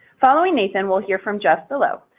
following nathan we'll hear from jeff billo,